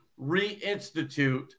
reinstitute